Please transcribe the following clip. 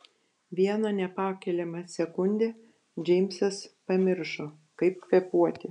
vieną nepakeliamą sekundę džeimsas pamiršo kaip kvėpuoti